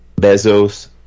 Bezos